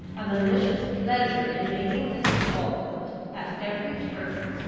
a malicious pleasure in making mr. falkland, at every turn,